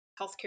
healthcare